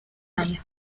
año